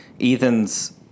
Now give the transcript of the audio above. Ethan's